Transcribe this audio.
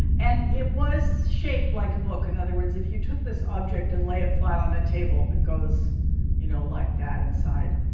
and it was shaped like a book. in other words, if you took this object and lay it flat on a table, it goes you know like that inside.